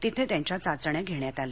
तिथे त्यांच्या चाचण्या घेण्यात आल्या